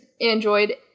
android